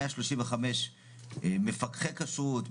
135 מפקחי כשרות.